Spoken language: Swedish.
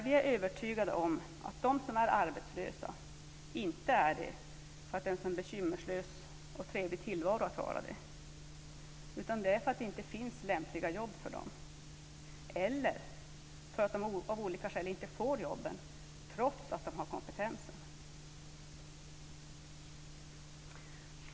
Vi är övertygade om att de som är arbetslösa inte är det för att det är en så bekymmerslös och trevlig tillvaro att vara det, utan för att det inte finns lämpliga jobb för dem. Det kan också bero på att de av olika skäl inte får jobben trots att de har kompetensen.